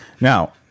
Now